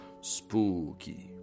Spooky